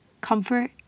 Comfort